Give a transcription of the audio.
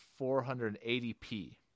480p